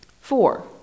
Four